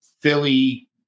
Philly